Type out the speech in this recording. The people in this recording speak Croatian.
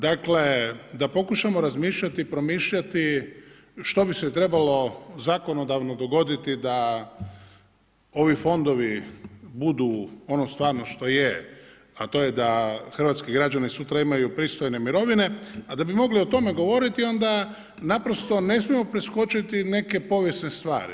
Dakle, da pokušamo razmišljati i promišljati što bi se trebalo zakonodavno dogoditi da ovi fondovi budu ono stvarno što je, a to je da hrvatski građani sutra imaju pristojne mirovine, a da bi mogli o tome govoriti onda naprosto ne smijemo preskočiti neke povijesne stvari.